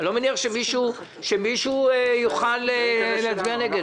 אני לא מניח שמישהו יוכל להצביע נגד.